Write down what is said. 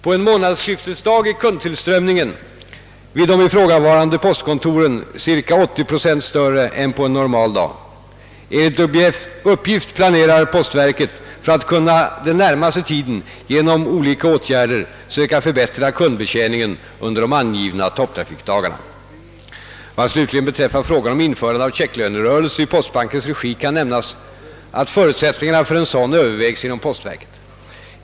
På en månadsskiftesdag är kundtillströmningen vid de ifrågavarande postkontoren cirka 380 procent större än på en normal dag. Enligt uppgift planerar postverket att under den närmaste tiden genom olika åtgärder söka förbättra kundbetjäningen under de angivna topptrafikdagarna. Vad slutligen beträffar frågan om införande av checklönerörelse i postbankens regi kan nämnas, att förutsättningarna för en sådan Öövervägs inom postverket.